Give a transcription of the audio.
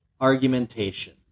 argumentation